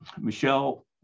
Michelle